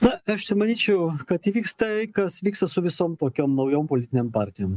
na aš čia manyčiau kad įvyks tai kas vyksta su visom tokiom naujom politinėm partijom